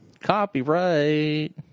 Copyright